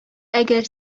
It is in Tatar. әгәр